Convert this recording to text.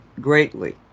greatly